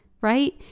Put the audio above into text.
right